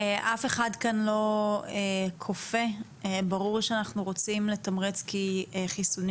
אף אחד כאן לא כופה וברור שאנחנו רוצים לתמרץ כי חיסונים